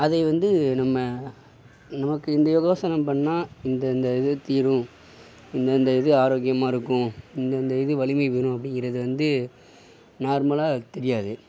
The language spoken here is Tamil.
அதை வந்து நம்ம நமக்கு இந்த யோகாசனம் பண்ணா இந்தந்த இது தீரும் இந்தந்த இது ஆரோக்கியமாக இருக்கும் இந்தந்த இது வலிமைப்பெரும் அப்படிங்கறது வந்து நார்மலாக தெரியாது